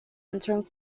entering